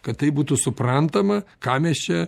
kad tai būtų suprantama ką mes čia